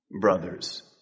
brothers